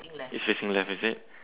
it's facing left is it